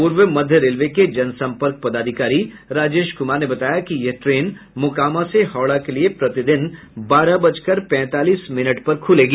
पूर्व मध्य रेलवे के जनसम्पर्क पदाधिकारी राजेश कुमार ने बताया कि यह ट्रेन मोकामा से हावड़ा के लिए प्रतिदिन बारह बजकर पैंतालीस मिनट पर खुलेगी